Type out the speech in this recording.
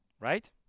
Right